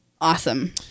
Awesome